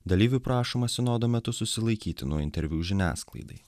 dalyvių prašoma sinodo metu susilaikyti nuo interviu žiniasklaidai